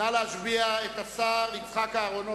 נא להשביע את השר יצחק אהרונוביץ.